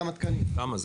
כמה זה?